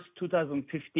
2015